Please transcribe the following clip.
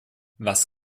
was